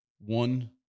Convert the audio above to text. one